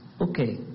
Okay